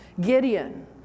Gideon